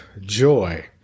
joy